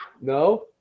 No